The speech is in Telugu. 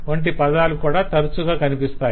వంటి పదాలు కూడా చాలా తరచుగా కనిపిస్తాయి